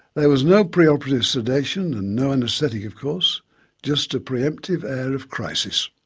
there was no preoperative sedation and no anaesthetic of course just a pre-emptive air of crises.